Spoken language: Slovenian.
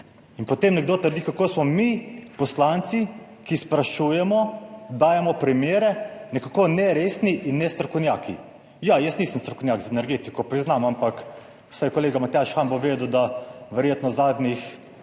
In potem nekdo trdi, kako smo mi poslanci, ki sprašujemo, dajemo primere, nekako neresni in nestrokovnjaki. Ja, jaz nisem strokovnjak za energetiko, priznam, ampak vsaj kolega Matjaž Han bo vedel, da verjetno zadnjih